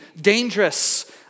dangerous